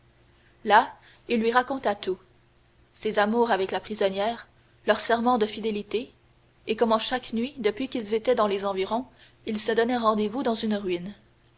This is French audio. là il lui raconta tout ses amours avec la prisonnière leurs serments de fidélité et comment chaque nuit depuis qu'ils étaient dans les environs ils se donnaient rendez-vous dans une ruine